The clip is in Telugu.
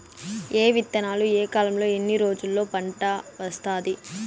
ఏ విత్తనాలు ఏ కాలంలో ఎన్ని రోజుల్లో పంట వస్తాది?